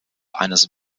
eines